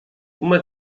uma